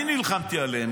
אני נלחמתי עליהם,